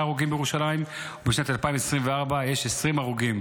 הרוגים בירושלים ובשנת 2024 יש 20 הרוגים.